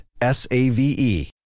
S-A-V-E